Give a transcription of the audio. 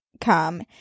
come